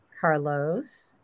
Carlos